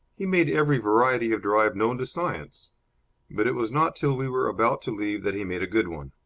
he made every variety of drive known to science but it was not till we were about to leave that he made a good one.